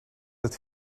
het